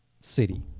City